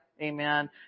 Amen